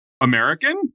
American